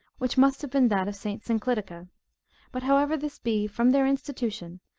which must have been that of st. synclitica but however this be, from their institution,